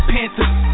Panthers